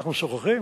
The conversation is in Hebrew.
אנחנו משוחחים,